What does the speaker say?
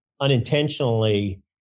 unintentionally